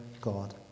God